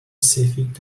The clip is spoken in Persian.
سفید